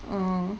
orh